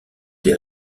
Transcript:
des